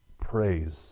praise